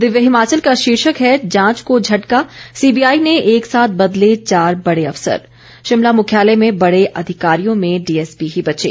दिव्य हिमाचल का शीर्षक है जांच को झटका सीबीआई ने एक साथ बदले चार बड़े अफसर शिमला मुख्यालय में बड़े अधिकारियों में डीएसपी ही बचे